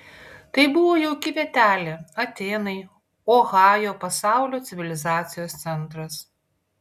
tai buvo jauki vietelė atėnai ohajo pasaulio civilizacijos centras